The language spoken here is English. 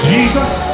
Jesus